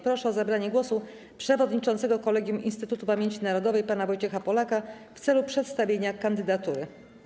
Proszę o zabranie głosu przewodniczącego Kolegium Instytutu Pamięci Narodowej pana Wojciecha Polaka w celu przedstawienia kandydatury.